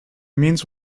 means